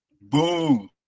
Boom